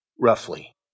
roughly